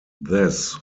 this